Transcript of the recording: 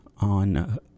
on